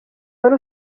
wari